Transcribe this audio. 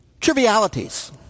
trivialities